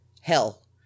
Hell